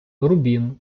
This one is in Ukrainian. рубін